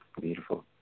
Beautiful